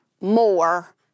more